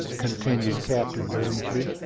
continued captain boomsby.